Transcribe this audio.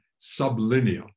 sublinear